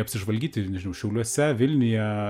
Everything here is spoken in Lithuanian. apsižvalgyti nežinau šiauliuose vilniuje